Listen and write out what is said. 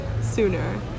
sooner